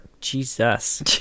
Jesus